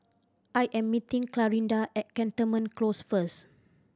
I am meeting Clarinda at Cantonment Close first